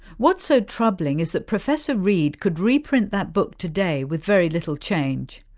what's so troubling is that professor reid could reprint that book today with very little change.